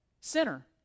Sinner